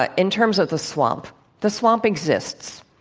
ah in terms of the swamp the swamp exists.